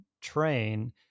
train